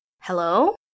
Hello